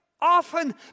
often